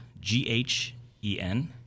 G-H-E-N